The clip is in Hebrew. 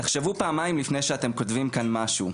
תחשבו פעמיים לפני שאתם כותבים כאן משהו.